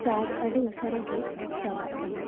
charge ᱟᱹᱰᱤ ᱩᱥᱟᱹᱨᱟᱜᱤ ᱪᱟᱵᱟᱜ ᱠᱟᱱᱟ